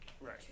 right